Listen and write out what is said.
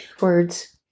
words